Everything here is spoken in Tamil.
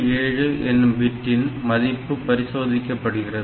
7 எனும் பிட்டின் மதிப்பு பரிசோதிக்கப்படுகிறது